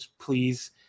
please